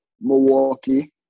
Milwaukee